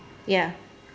ya